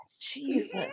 Jesus